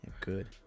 Good